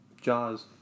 Jaws